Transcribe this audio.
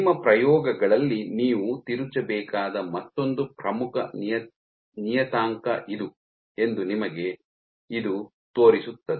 ನಿಮ್ಮ ಪ್ರಯೋಗಗಳಲ್ಲಿ ನೀವು ತಿರುಚಬೇಕಾದ ಮತ್ತೊಂದು ಪ್ರಮುಖ ನಿಯತಾಂಕ ಇದು ಎಂದು ಇದು ನಿಮಗೆ ತೋರಿಸುತ್ತದೆ